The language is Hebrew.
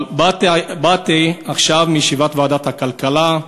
אבל באתי עכשיו מישיבת ועדת הכלכלה,